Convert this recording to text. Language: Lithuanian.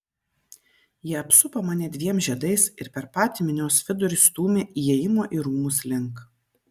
jie apsupo mane dviem žiedais ir per patį minios vidurį stūmė įėjimo į rūmus link